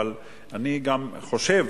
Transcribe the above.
אבל אני גם חושב,